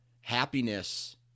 happiness